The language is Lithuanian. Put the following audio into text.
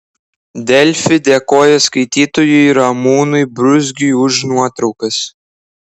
delfi dėkoja skaitytojui ramūnui bruzgiui už nuotraukas